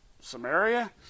Samaria